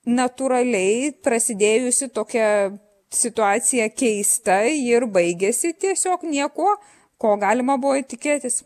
natūraliai prasidėjusi tokia situacija keista ir baigiasi tiesiog niekuo ko galima buvo tikėtis